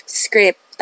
script